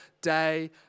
day